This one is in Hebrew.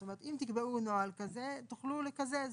זאת אומרת, אם תקבעו נוהל כזה תוכלו לקזז.